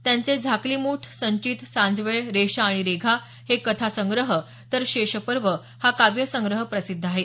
त्यांचे झाकली मूठ संचित सांजवेळ रेषा आणि रेघा हे कथासंग्रह तर शेषपर्व हा काव्यसंग्रह प्रसिध्द आहे